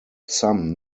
some